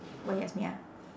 what he ask me ah